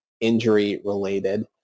injury-related